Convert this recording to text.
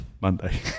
Monday